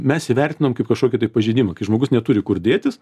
mes įvertinom kaip kažkokį tai pažeidimą kai žmogus neturi kur dėtis